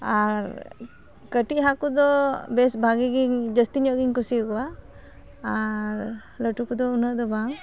ᱟᱨ ᱠᱟᱹᱴᱤᱡ ᱦᱟᱹᱠᱩᱫᱚ ᱵᱮᱥ ᱵᱷᱟᱜᱮ ᱡᱟᱹᱥᱛᱤᱧᱚᱜ ᱜᱮᱧ ᱠᱩᱥᱩᱣᱟᱠᱚᱣᱟ ᱟᱨ ᱞᱟᱹᱴᱩᱠᱚᱫᱚ ᱩᱱᱟᱹᱜᱫᱚ ᱵᱟᱝ